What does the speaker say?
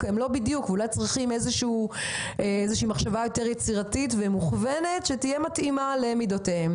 ואולי דורשים איזושהי מחשבה יותר יצירתית שתתאים למידותיהם.